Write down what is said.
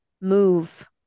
move